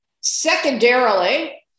Secondarily